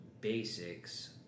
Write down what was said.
basics